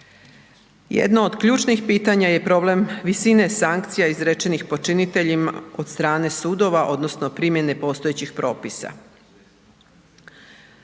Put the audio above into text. Jedno od ključnih pitanja je problem visine sankcija izrečenih počiniteljima od strane sudova odnosno primjene postojećih propisa.